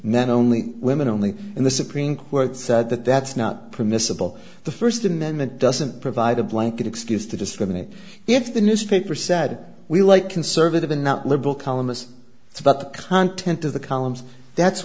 not only women only in the supreme court said that that's not permissible the first amendment doesn't provide a blanket excuse to discriminate if the newspaper said we like conservative and not liberal columnists it's about the content of the columns that's